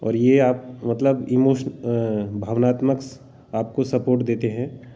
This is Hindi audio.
और ये आप मतलब भावनात्मक आपको सपोर्ट देते हैं